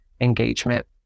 engagement